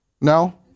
No